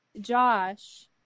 Josh